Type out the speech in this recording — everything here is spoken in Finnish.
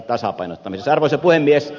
arvoisa puhemies